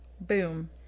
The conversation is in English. Boom